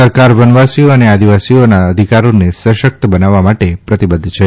સરકાર વનવાસીઓ અને આદિવાસીઓના અધિકારોને સશક્ત બનાવવા માટે પ્રતિબદ્ધ છે